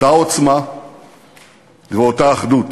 אותה עוצמה ואותה אחדות,